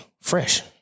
fresh